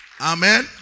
Amen